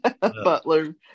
Butler